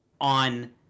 on